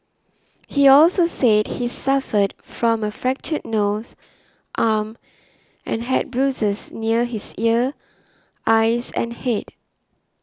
he also said he suffered from a fractured nose arm and had bruises near his ear eyes and head